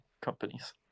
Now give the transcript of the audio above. companies